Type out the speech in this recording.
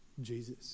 Jesus